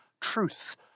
truth